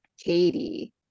katie